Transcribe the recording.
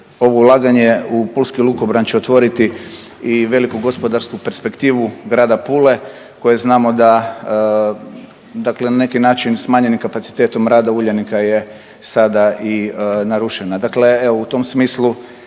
ovo ulaganje u pulsku lukobran će otvoriti i veliku gospodarsku perspektivu grada Pule koje znamo da dakle na neki način smanjenim kapacitetom rada Uljanika je sada i narušena,